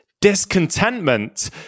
discontentment